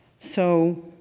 so,